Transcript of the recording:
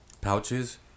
pouches